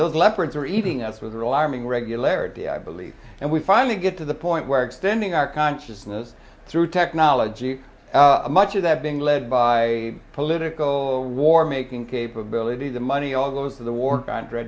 those leopards are eating us with alarming regularity i believe and we finally get to the point where extending our consciousness through technology much of that being led by political war making capability the money all goes to the war on tra